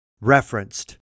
referenced